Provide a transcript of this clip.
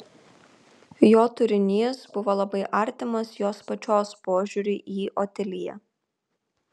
jo turinys buvo labai artimas jos pačios požiūriui į otiliją